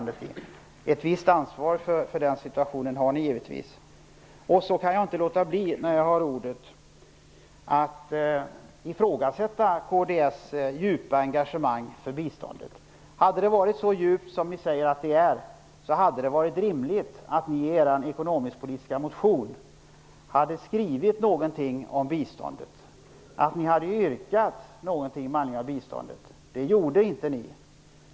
Ni har givetvis ett visst ansvar för den situationen. När jag nu har ordet kan jag inte låta bli att ifrågasätta kds djupa engagemang för biståndet. Hade det varit så djupt som ni säger att det är, hade det varit rimligt att ni i er ekonomisk-politiska motion hade skrivit någonting om biståndet, att ni hade yrkat något med anledning av biståndet. Det gjorde ni inte.